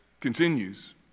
continues